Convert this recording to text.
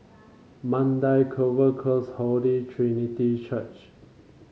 Mandai Clover Close Holy Trinity Church